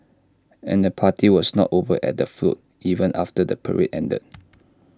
and the party was not over at the float even after the parade ended